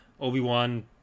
Obi-Wan